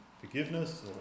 forgiveness